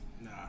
nah